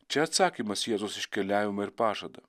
čia atsakymas į jėzaus iškeliavimą ir pažadą